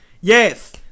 Yes